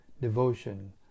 devotion